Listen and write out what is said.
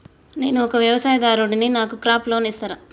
నేను ఒక వ్యవసాయదారుడిని నాకు క్రాప్ లోన్ ఇస్తారా?